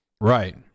right